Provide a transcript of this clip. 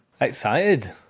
Excited